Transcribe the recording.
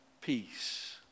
Peace